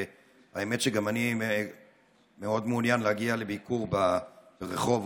האמת שגם אני מאוד מעוניין להגיע לביקור ברחובות,